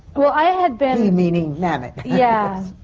well, i had been. he, meaning mamet. yes.